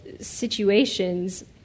situations